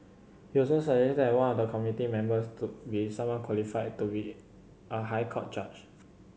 he also suggested that one of the committee members to be someone qualified to be a High Court judge